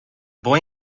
boy